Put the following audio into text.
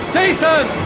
Jason